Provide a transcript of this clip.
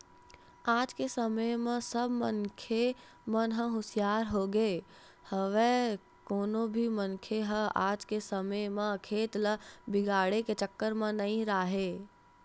आज के समे म सब मनखे मन ह हुसियार होगे हवय कोनो भी मनखे ह आज के समे म खेत ल बिगाड़े के चक्कर म नइ राहय